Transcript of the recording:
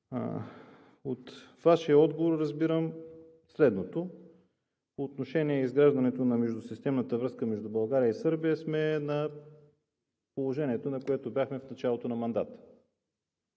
от Вашия отговор разбирам следното: по отношение на изграждането на междусистемната връзка между България и Сърбия сме на положението, на което бяхме в началото на мандата.